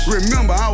Remember